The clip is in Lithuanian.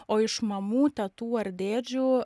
o iš mamų tetų ar dėdžių